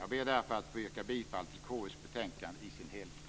Jag ber därför att få yrka bifall till hemställan i KU:s betänkande i dess helhet.